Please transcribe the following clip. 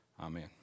amen